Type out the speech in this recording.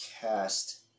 cast